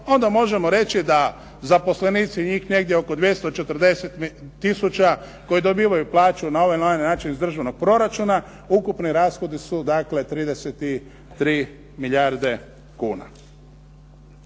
onda možemo reći da zaposlenici njih negdje oko 240 tisuća koji dobivaju plaću na ovaj ili onaj način iz državnog proračuna, ukupni rashodi su 33 milijarde kuna.